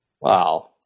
Wow